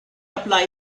apply